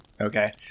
Okay